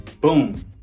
boom